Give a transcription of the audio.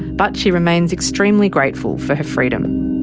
but she remains extremely grateful for her freedom.